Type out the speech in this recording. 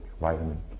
vitamin